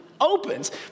opens